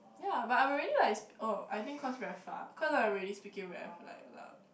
ya but I'm already like oh I think cause very far cause I'm already speaking very like loud